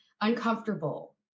uncomfortable